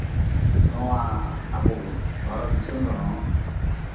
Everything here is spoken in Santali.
ᱱᱚᱶᱟ ᱟᱵᱚ ᱵᱷᱟᱨᱚᱛ ᱫᱤᱥᱚᱢ ᱨᱮᱦᱚᱸ